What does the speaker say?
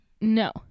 no